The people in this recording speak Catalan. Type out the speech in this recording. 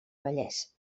vallès